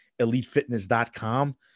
elitefitness.com